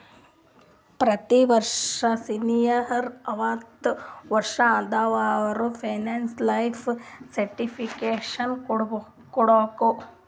ಪ್ರತಿ ವರ್ಷ ಸೀನಿಯರ್ ಅರ್ವತ್ ವರ್ಷಾ ಆದವರು ಪೆನ್ಶನ್ ಲೈಫ್ ಸರ್ಟಿಫಿಕೇಟ್ ಕೊಡ್ಬೇಕ